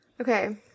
Okay